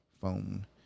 phone